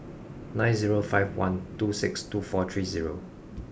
nine zero five one two six two four three zero